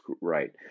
Right